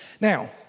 Now